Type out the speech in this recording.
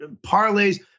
parlays